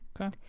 Okay